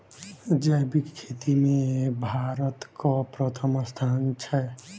जैबिक खेती मे भारतक परथम स्थान छै